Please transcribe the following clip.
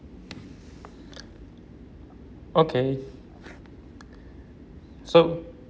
okay so